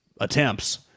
attempts